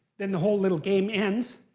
then the whole little game ends,